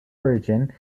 origin